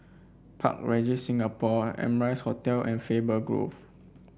Park Regis Singapore Amrise Hotel and Faber Grove